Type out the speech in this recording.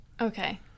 Okay